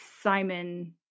Simon